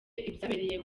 ibyabereye